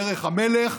דרך המלך,